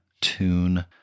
tune